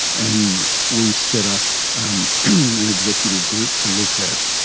and we set up an executive group to look at